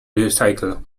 recycle